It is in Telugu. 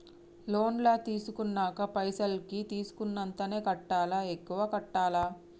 లోన్ లా తీస్కున్న పైసల్ కి తీస్కున్నంతనే కట్టాలా? ఎక్కువ కట్టాలా?